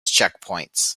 checkpoints